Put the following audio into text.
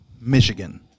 Michigan